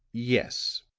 yes,